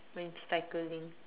when cycling